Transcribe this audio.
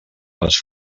les